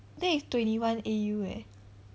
that is twenty one A_U eh